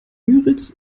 müritz